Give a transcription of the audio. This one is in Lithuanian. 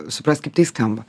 suprast kaip tai skamba